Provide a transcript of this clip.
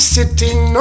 Sitting